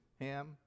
Ham